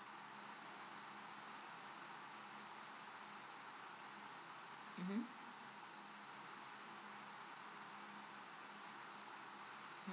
mmhmm